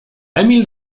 emil